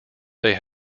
they